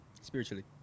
spiritually